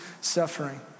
suffering